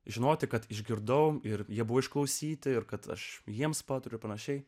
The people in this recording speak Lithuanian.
žinoti kad išgirdau ir jie buvo išklausyti ir kad aš jiems patariu panašiai